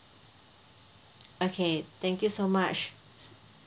okay thank you so much